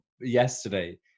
yesterday